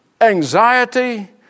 Anxiety